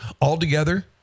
altogether